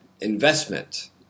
investment